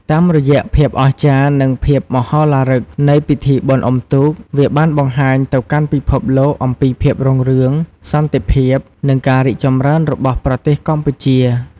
តាមរយៈភាពអស្ចារ្យ និងភាពមហោឡារឹកនៃពិធីបុណ្យអុំទូក វាបានបង្ហាញទៅកាន់ពិភពលោកអំពីភាពរុងរឿង សន្តិភាព និងការរីកចម្រើនរបស់ប្រទេសកម្ពុជា។